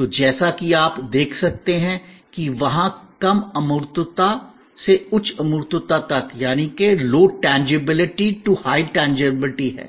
तो जैसा कि आप देख सकते हैं कि वहां कम अमूर्तता से उच्च अमूर्तता तक है